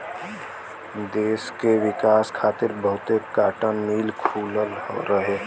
देस के विकास खातिर बहुते काटन मिल खुलल रहे